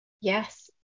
Yes